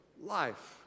life